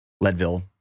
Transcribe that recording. Leadville